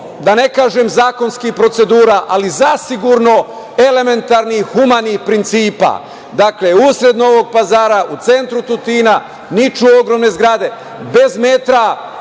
da ne kažem, zakonskih procedura, ali zasigurno elementarnih i humanih principa. Dakle, usred Novog Pazara, u centru Tutina, niču ogromne zgrade, bez metra